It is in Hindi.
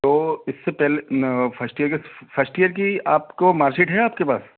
तो इससे पहले फर्स्ट ईयर की फर्स्ट ईयर की आपको मार्कसीट है आपके पास